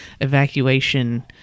evacuation